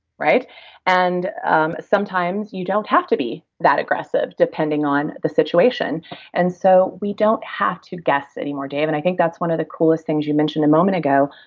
and um sometimes you don't have to be that aggressive depending on the situation and so we don't have to guess anymore, dave and i think that's one of the coolest things you mentioned a moment ago.